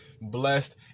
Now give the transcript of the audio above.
blessed